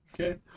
Okay